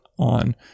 on